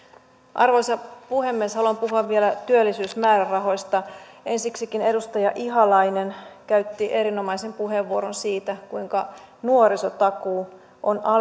arvoisa puhemies haluan puhua vielä työllisyysmäärärahoista ensiksikin edustaja ihalainen käytti erinomaisen puheenvuoron siitä kuinka nuorisotakuu on